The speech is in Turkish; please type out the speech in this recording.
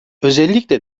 özellikle